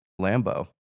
Lambo